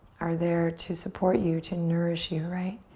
are there to support you, to nourish you, right?